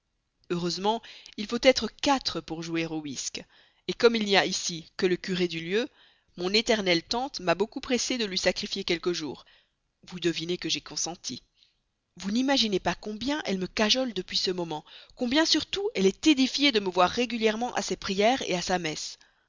heureusement il faut être quatre pour jouer au whist comme il n'y a ici que le curé du lieu mon éternelle tante m'a beaucoup pressé de lui sacrifier quelques jours vous devinez que j'ai consenti vous n'imaginez pas combien elle me cajole depuis ce moment combien surtout elle est édifiée de me voir régulièrement à ses prières à sa messe